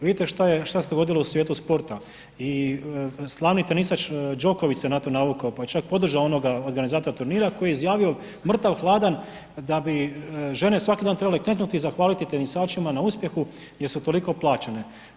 Vidite šta je, šta se dogodilo u svijetu sporta i slavni tenisač Đoković se na to navukao, pa je čak podržao onoga organizatora turnira koji je izjavio mrtav hladan da bi žene svaki dan trebale kleknuti i zahvaliti tenisačima na uspjehu jer su toliko plaćene.